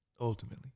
ultimately